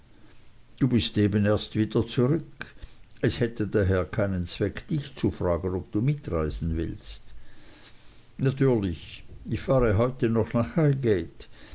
du bist eben erst wieder zurück es hätte daher keinen zweck dich zu fragen ob du mitreisen willst natürlich ich fahre heute noch nach